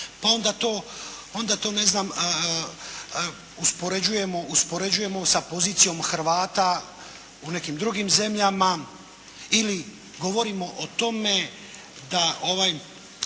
ne znam, uspoređujemo, uspoređujemo sa pozicijom Hrvata u nekim drugim zemljama. Ili govorimo o tome da